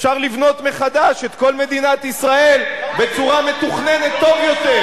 אפשר לבנות מחדש את כל מדינת ישראל בצורה מתוכננת טוב יותר,